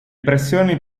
pressioni